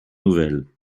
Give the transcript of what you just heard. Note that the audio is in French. nouvelle